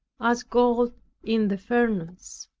as gold in the furnace.